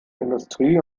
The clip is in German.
industrie